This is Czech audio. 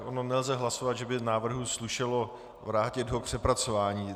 Ono nelze hlasovat, že by návrhu slušelo vrátit ho k přepracování.